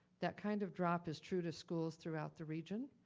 that kind of drop is true to schools throughout the region.